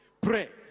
pray